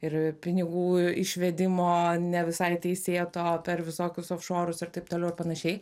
ir pinigų išvedimo ne visai teisėto per visokius ofšorus ir taip toliau ir panašiai